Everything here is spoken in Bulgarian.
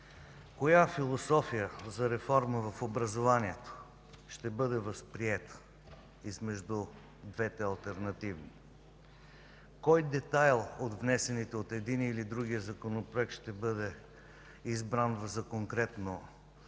коя философия за реформа в образованието ще бъде възприета измежду двете алтернативни, кой детайл от внесените от единия или другия законопроект ще бъде избран да залегне